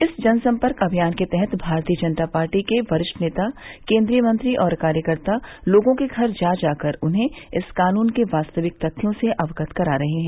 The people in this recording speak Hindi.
इस जनसंपर्क अभियान के तहत भारतीय जनता पार्टी के वरिष्ठ नेता केन्द्रीय मंत्री और कार्यकर्ता लोगों के घर घर जाकर उन्हें इस कानून के वास्तविक तथ्यों से अवगत करा रहे हैं